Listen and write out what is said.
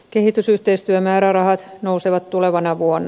kehitysyhteistyömäärärahat nousevat tulevana vuonna